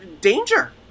danger